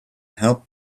help